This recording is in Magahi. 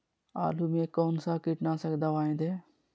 आलू में कौन सा कीटनाशक दवाएं दे?